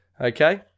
Okay